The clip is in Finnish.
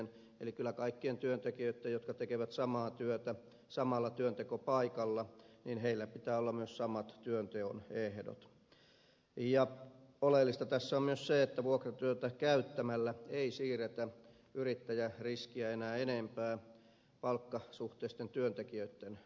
eli kyllä kaikilla työntekijöillä jotka tekevät samaa työtä samalla työntekopaikalla pitää olla myös samat työnteon ehdot ja oleellista tässä on myös se että vuokratyötä käyttämällä ei siirretä yrittäjäriskiä enää enempää palkkasuhteisten työntekijöitten kannettavaksi